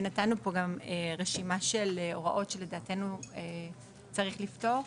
ונתנו רשימה של הוראות שלדעתנו צריך לפטור.